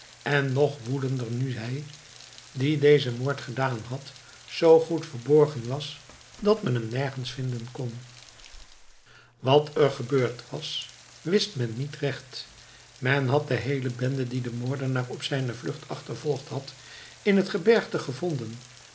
en nog woedender nu hij die dezen moord gedaan had zoo goed verborgen was dat men hem nergens vinden kon wat er gebeurd was wist men niet recht men had de heele bende die den moordenaar op zijne vlucht achtervolgd had in het gebergte gevonden